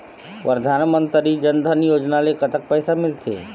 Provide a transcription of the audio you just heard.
परधानमंतरी जन धन योजना ले कतक पैसा मिल थे?